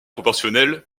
proportionnel